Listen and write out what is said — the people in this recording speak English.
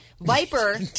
viper